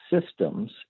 systems